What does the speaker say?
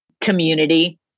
community